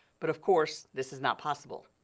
but of course this is not possible.